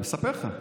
אני מספר לך.